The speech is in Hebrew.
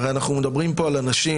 אנחנו הרי מדברים פה על אנשים.